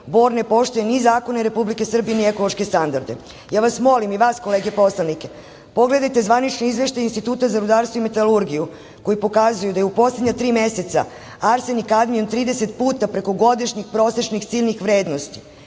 Bor ne poštuje ni zakone Republike Srbije, ni ekološke standarde. Ja vas molim i vas kolege poslanike, pogledajte zvanični izveštaj Instituta za rudarstvo i metalurgiju koji pokazuju da je u poslednja tri meseca arsen i kadmijum 30 puta preko godišnjih prosečnih ciljnih vrednosti